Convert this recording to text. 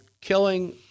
killing